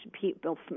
people